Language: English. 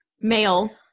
male